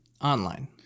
Online